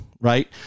right